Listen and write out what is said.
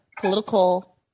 political